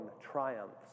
triumphs